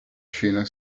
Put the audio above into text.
scena